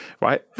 Right